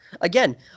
Again